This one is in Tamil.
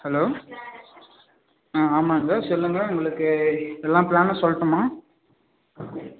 ஹலோ ஆ ஆமாங்க சொல்லுங்கள் உங்களுக்கு எல்லாம் பிளானும் சொல்லட்டுமா